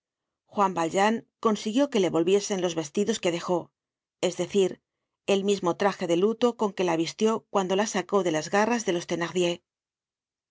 juan valjean consiguió que le volviesen los vestidos que dejó es decir el mismo traje de luto con que la vistió cuando la sacó de las garras de los